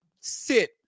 sit